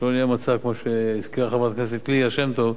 שלא יהיה מצב כמו שהזכירה חברת הכנסת ליה שמטוב,